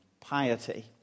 piety